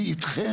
שלי איתכם.